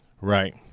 Right